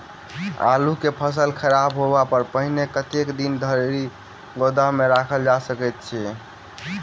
आलु केँ फसल खराब होब सऽ पहिने कतेक दिन धरि गोदाम मे राखल जा सकैत अछि?